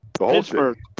Pittsburgh